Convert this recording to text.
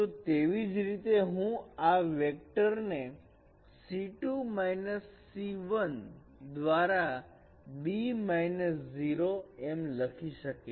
તો તેવી જ રીતે હું આ વેક્ટર ને c2 c1 દ્વારા b 0 એમ લખી શકીશ